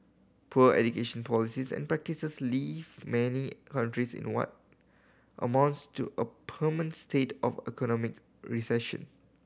poor education policies and practices leave many countries in what amounts to a permanent state of economic recession